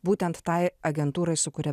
būtent tai agentūrai su kuria